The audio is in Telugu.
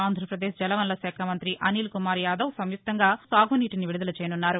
ఆంధ్రప్రదేశ్ జలవనరులకాఖ మంగ్రి అనిల్కుమార్ యాదవ్ సంయుక్తంగా సాగునీటిని విడుదల చేయనున్నారు